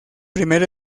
primer